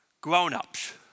grown-ups